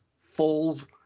falls